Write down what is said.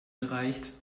gereicht